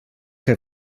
que